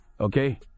Okay